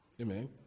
Amen